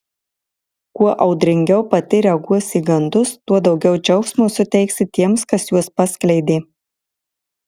kuo audringiau pati reaguosi į gandus tuo daugiau džiaugsmo suteiksi tiems kas juos paskleidė